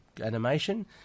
animation